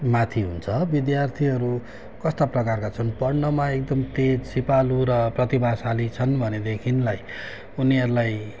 माथि हुन्छ विद्यार्थीहरू कस्ता प्रकारका छन् पढ्नमा एकदम तेज सिपालु र प्रतिभाशाली छन् भनेदेखिलाई उनीहरूलाई